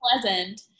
pleasant